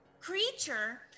creature